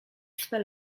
swe